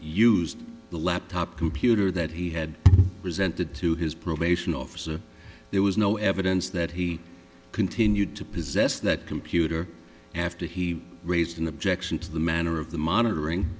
used the laptop computer that he had presented to his probation officer there was no evidence that he continued to possess that computer after he raised an objection to the manner of the monitoring